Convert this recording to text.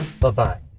Bye-bye